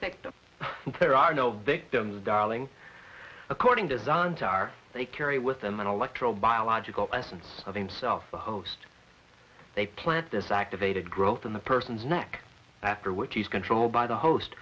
victim there are no victims darling according designs are they carry with them an electro biological essence of themselves the host they plant this activated growth in the person's neck after which is controlled by the host